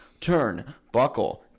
Turnbuckle